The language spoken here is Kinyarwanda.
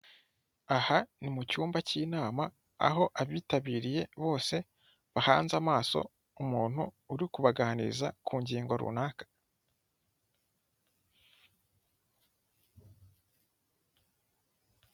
Aha ni mu cyumba cy'inama, aho abitabiriye bose bahanze amaso umuntu uri kubaganiza ku ngingo runaka.